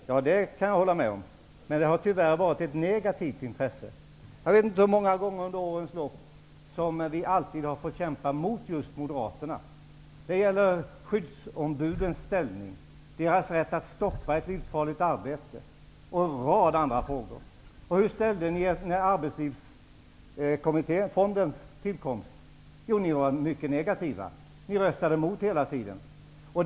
Ja, det kan jag hålla med om, men det har tyvärr varit ett negativt intresse. Jag vet inte hur många gånger under årens lopp som vi fått kämpa mot Moderaterna. Det har gällt skyddsombudens ställning, deras rätt att stoppa ett livsfarligt arbete och en rad andra frågor. Hur ställde ni er när Arbetslivsfonden tillkom? Jo, ni var mycket negativa och röstade hela tiden mot den.